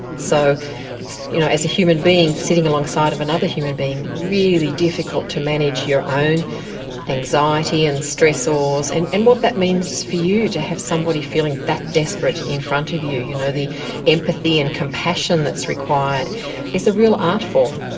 so you know as a human being, sitting alongside of another human being, really difficult to manage your own anxiety and stressors, and and what that means for you to have somebody feeling that desperate in front of you, you know, the empathy and compassion that's required is a real art form.